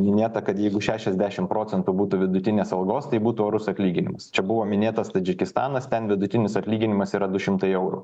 minėta kad jeigu šešiasdešim procentų būtų vidutinės algos tai būtų orus atlyginimas čia buvo minėtas tadžikistanas ten vidutinis atlyginimas yra du šimtai eurų